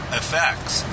effects